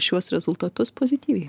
šiuos rezultatus pozityviai